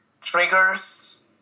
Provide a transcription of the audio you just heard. Triggers